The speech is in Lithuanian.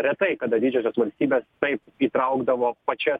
retai kada didžiosios valstybės taip įtraukdavo pačias